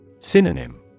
Synonym